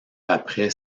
après